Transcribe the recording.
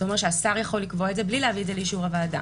זאת אומרת שהשר יכול לקבוע את זה בלי להביא את זה לאישור הוועדה.